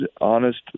honest